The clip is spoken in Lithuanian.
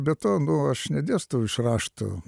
be to nu aš nedėstau iš raštų